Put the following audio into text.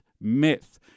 myth